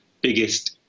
Biggest